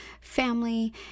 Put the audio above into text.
family